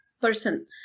person